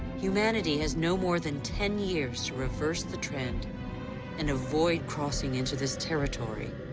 humanity has no more than ten years to reverse the trend and avoid crossing into this territory.